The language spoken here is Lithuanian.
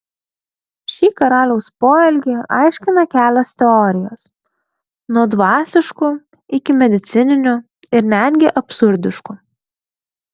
šį karaliaus poelgį aiškina kelios teorijos nuo dvasiškų iki medicininių ir netgi absurdiškų